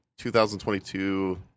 2022